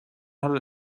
had